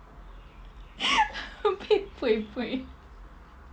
a bit buibui